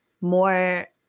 more